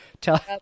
tell